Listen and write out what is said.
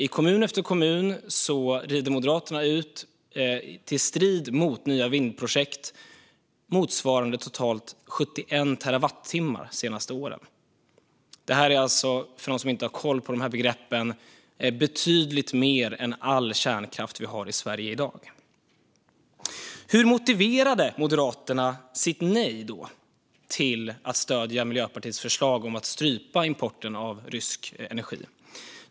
I kommun efter kommun rider Moderaterna ut i strid mot nya vindkraftsprojekt, motsvarande totalt 71 terawattimmar de senaste åren. För dem som inte har koll på de här begreppen kan jag säga att det motsvarar betydligt mer än all kärnkraft vi har i Sverige i dag. Hur motiverade då Moderaterna sitt nej till att stödja Miljöpartiets förslag om att strypa importen av rysk energi?